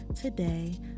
Today